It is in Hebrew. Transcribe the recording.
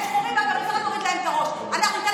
הם שחורים, אז זה בסדר להוריד להם את הראש.